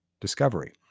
discovery